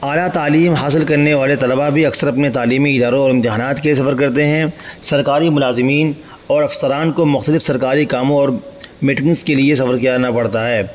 اعلیٰ تعلیم کرنے والے طلباء بھی اکثر اپنے تعلیمی اداروں اور امتحانات کے سفر کرتے ہیں سرکاری ملازمین اور افسران کو مختلف سرکاری کاموں اور میٹمنس کے لیے سفر کیا جانا پڑتا ہے